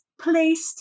placed